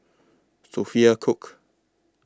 Sophia Cooke